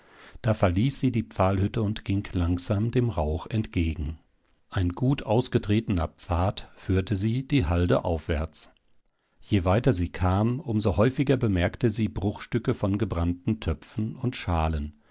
da verließ sie die pfahlhütte und ging langsam dem rauch entgegen ein gut ausgetretener pfad führte sie die halde aufwärts je weiter sie kam um so häufiger bemerkte sie bruchstücke von gebrannten töpfen und schalen